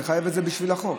אני חייב את זה בשביל החוק,